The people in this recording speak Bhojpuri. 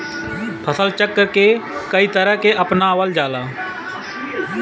फसल चक्र के कयी तरह के अपनावल जाला?